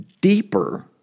deeper